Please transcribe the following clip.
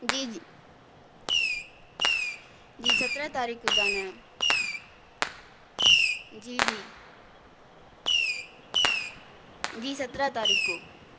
جی جی جی سترہ تاریخ کو جانا ہے جی جی جی سترہ تاریخ کو